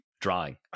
drawing